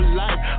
life